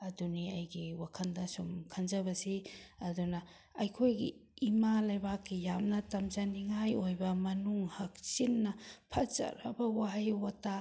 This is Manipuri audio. ꯑꯗꯨꯅꯤ ꯑꯩꯒꯤ ꯋꯥꯈꯜꯗ ꯁꯨꯝ ꯈꯟꯖꯕꯁꯤ ꯑꯗꯨꯅ ꯑꯩꯈꯣꯏꯒꯤ ꯏꯃꯥ ꯂꯩꯕꯥꯛꯀꯤ ꯌꯥꯝꯅ ꯇꯝꯖꯅꯤꯡꯉꯥꯏ ꯑꯣꯏꯕ ꯃꯅꯨꯡ ꯍꯛꯆꯤꯟꯅ ꯐꯖꯔꯕ ꯋꯥꯍꯩ ꯋꯥꯇꯥ